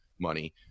money